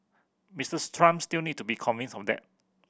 Mister Trump still need to be convinced of that